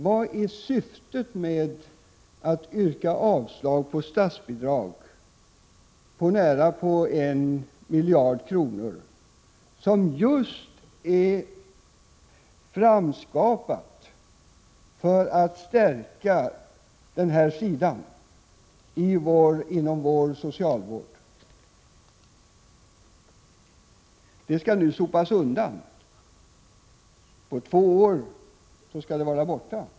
Vad är syftet med att yrka avslag på förslaget om ett statsbidrag på nästan 1 miljard kronor, ett bidrag som kommit till för att stärka denna del av vår socialvård? Detta bidrag skall nu sopas undan — på två år skall det vara borta!